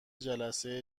جلسه